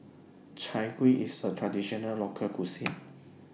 Chai Kueh IS A Traditional Local Cuisine